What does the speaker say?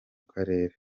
karere